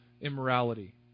immorality